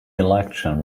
election